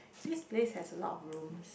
this place has a lot of rooms